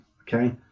okay